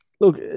look